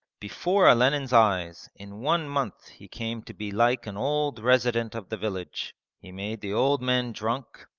before olenin's eyes, in one month he came to be like an old resident of the village he made the old men drunk,